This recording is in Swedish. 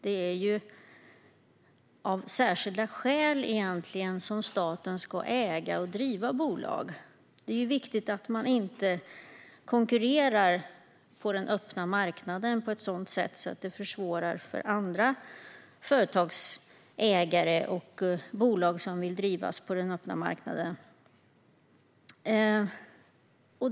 Det är egentligen av särskilda skäl som staten ska äga och driva bolag. Det är viktigt att man inte konkurrerar på den öppna marknaden på ett sådant sätt att det försvårar för andra företagsägare och bolag som finns där.